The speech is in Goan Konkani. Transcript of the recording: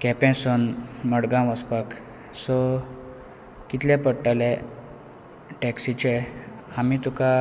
केंपे सून मडगांव वसपाक सो कितले पडटले टॅक्सीचे आमी तुका